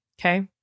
Okay